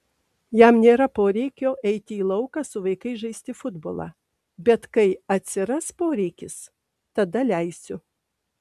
jam nėra poreikio eiti į lauką su vaikais žaisti futbolą bet kai atsiras poreikis tada leisiu